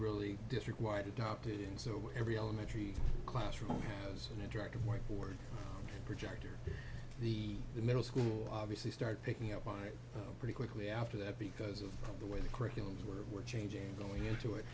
really district wide adopted so every elementary classroom was an interactive whiteboards projector the middle school obviously started picking up on it pretty quickly after that because of the way the curriculum were changing going into it